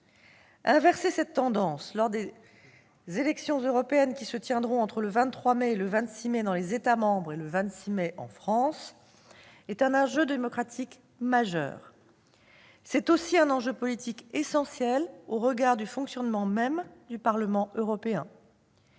Inverser cette tendance lors des élections européennes qui se tiendront entre le 23 mai et le 26 mai prochain dans les États membres, et le 26 mai en France, est un enjeu démocratique majeur. C'est aussi un enjeu politique essentiel au regard du fonctionnement même du Parlement européen.